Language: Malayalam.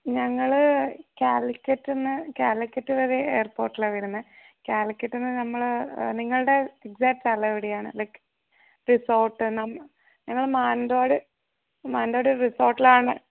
ഞങ്ങൾ കാലിക്കറ്റ്നിന്ന് കാലിക്കറ്റ് വരെ എയർപോർട്ടിലാ വരുന്നത് കാലിക്കറ്റീന്ന് നമ്മൾ നിങ്ങളുടെ എക്സാക്ട് സ്ഥലം എവിടെയാണ് ലൈക് റിസോർട്ട് നം ഞങ്ങൾ മാൻതോട് മാൻതോട് റിസോർട്ടിലാണ്